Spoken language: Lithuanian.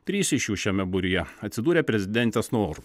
trys iš jų šiame būryje atsidūrė prezidentės noru